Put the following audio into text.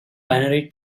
binary